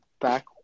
back